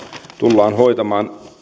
tullaan hoitamaan